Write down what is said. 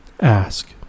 Ask